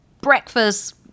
breakfast